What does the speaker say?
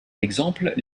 d’exemple